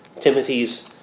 Timothy's